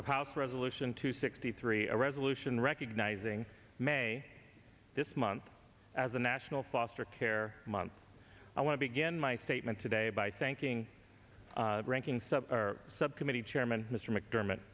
of house resolution two sixty three a resolution recognizing may this month as a national foster care month i want to begin my statement today by thanking ranking sub subcommittee chairman mr mcdermott